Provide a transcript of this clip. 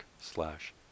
slash